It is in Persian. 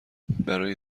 برای